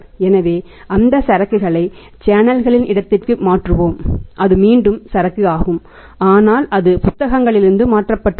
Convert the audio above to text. எனவே அந்த சரக்குகளை சேனல்களின் இடத்திற்கு மாற்றுவோம் அது மீண்டும் சரக்கு ஆகும் ஆனால் அது புத்தகங்களிலிருந்து மாற்றப்பட்டுள்ளது